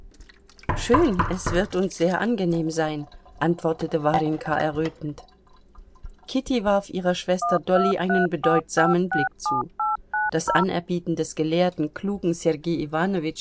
schön es wird uns sehr angenehm sein antwortete warjenka errötend kitty warf ihrer schwester dolly einen bedeutsamen blick zu das anerbieten des gelehrten klugen sergei